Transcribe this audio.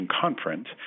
conference